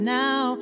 now